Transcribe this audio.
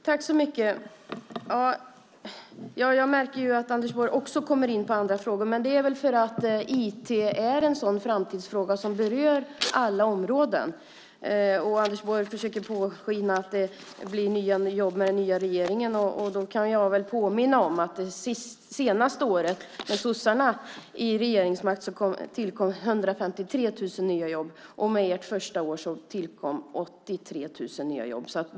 Herr talman! Jag märker att Anders Borg också kommer in på andra frågor, men det är väl för att IT är en sådan framtidsfråga som berör alla områden. Anders Borg försöker påskina att det blir nya jobb med den nya regeringen. Då kan jag påminna om att det senaste året när sossarna var i regeringsmakt tillkom 153 000 nya jobb. Med ert första år tillkom 83 000 nya jobb.